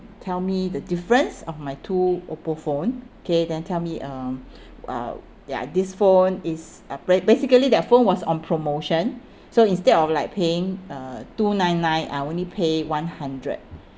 tell me the difference of my two oppo phone okay then tell me uh uh ya this phone is uh b~ basically that phone was on promotion so instead of like paying uh two nine nine I only pay one hundred